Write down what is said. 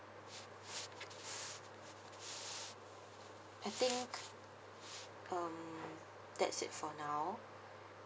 I think um that's it for now